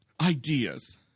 ideas